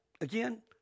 again